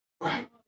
Right